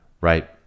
Right